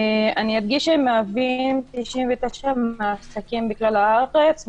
אני אדגיש שהם מהווים 99% מהעסקים בכלל הארץ,